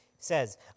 says